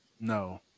no